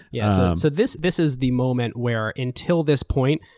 yeah so this this is the moment where until this point,